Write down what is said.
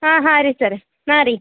ಹಾಂ ಹಾಂ ರೀ ಸರ್ ಹಾಂ ರೀ